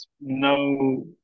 no